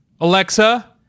Alexa